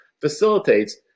facilitates